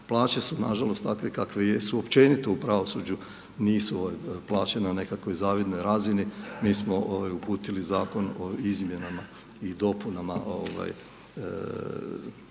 Plaće su nažalost takve kakve jesu, općenito u pravosuđu nisu plaćene na nekakvoj zavidnoj razini. Mi smo uputili Zakon o izmjenama i dopunama